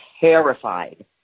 terrified